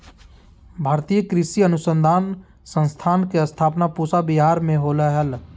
भारतीय कृषि अनुसंधान संस्थान के स्थापना पूसा विहार मे होलय हल